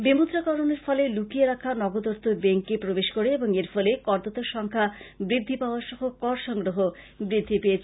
বিমুদ্রাকরনের ফলে লুকিয়ে রাখা নগদ অর্থ ব্যাংকে প্রবেশ করে ও এর ফলে কর দাতার সংখ্যা বৃদ্ধি পাওয়া সহ কর সংগ্রহ বৃদ্ধি পয়েছে